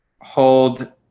hold